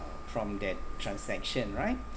from that transaction right